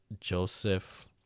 Joseph